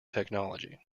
technology